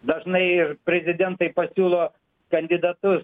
dažnai ir prezidentai pasiūlo kandidatus